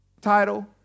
title